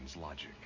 logic